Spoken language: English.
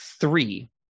three